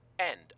End